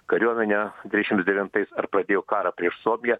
kariuomenę trisdešimts devintais ar pradėjo karą prieš suomiją